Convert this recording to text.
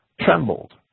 trembled